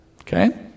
Okay